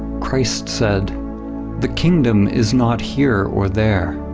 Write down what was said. christ said the kingdom is not here or there.